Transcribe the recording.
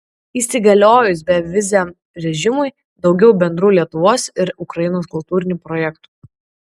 įsigaliojus beviziam režimui daugiau bendrų lietuvos ir ukrainos kultūrinių projektų